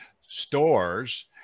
stores